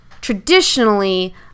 Traditionally